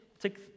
take